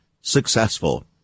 successful